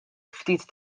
ftit